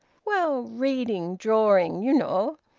well reading, drawing, you know.